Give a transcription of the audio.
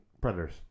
predators